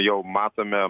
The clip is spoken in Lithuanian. jau matome